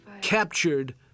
captured